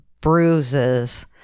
bruises